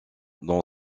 dans